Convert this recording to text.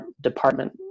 department